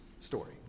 story